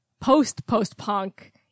post-post-punk